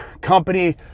company